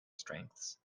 strengths